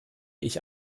ich